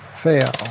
fail